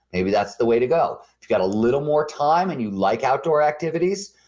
maybe that's the way to go. if you got a little more time and you like outdoor activities,